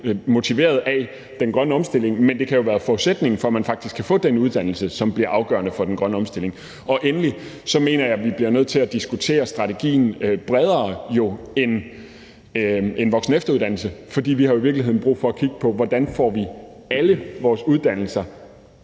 motiveret af den grønne omstilling, men det kan jo være forudsætningen for, at man faktisk kan få den uddannelse, som bliver afgørende for den grønne omstilling. Endelig mener jeg, at vi bliver nødt til at diskutere strategien bredere end voksen- og efteruddannelse, for vi har jo i virkeligheden brug for at kigge på, hvordan vi får alle vores uddannelser